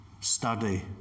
Study